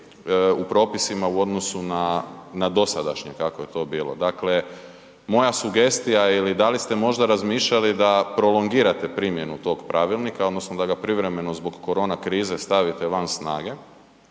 koji je puno stroži na dosadašnjeg kako je to bilo. Dakle, moja sugestija ili da li ste možda razmišljali da prolongirate primjenu tog pravilnika odnosno da ga privremeno zbog korona krize stavite van snage